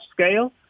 scale